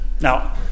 Now